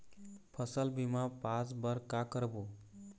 फसल बीमा पास बर का करबो?